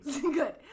Good